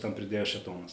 ten pridėjo šėtonas